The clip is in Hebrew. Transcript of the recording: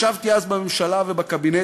ישבתי אז בממשלה ובקבינט,